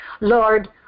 Lord